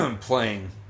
playing